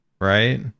right